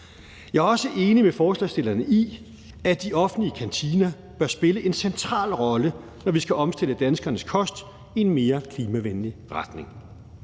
Jeg er også enig med forslagsstillerne i, at de offentlige kantiner bør spille en central rolle, når vi skal omstille danskernes kost i en mere klimavenlig retning.